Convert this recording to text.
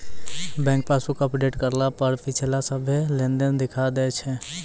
bank passbook update करला पर पिछला सभ्भे लेनदेन दिखा दैय छै